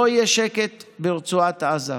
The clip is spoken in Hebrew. לא יהיה שקט ברצועת עזה.